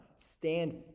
Stand